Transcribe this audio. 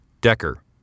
Decker